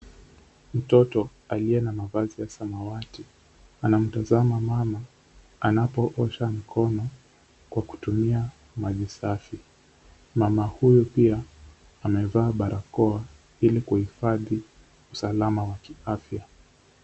Mtoto aliye na mavazi ya samawati, anamtazama mama anapoosha mkono kwa kutumia maji safi. Mama huyu pia amevaa barakoa ili kuhifadhi usalama wa kiafya.